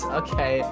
okay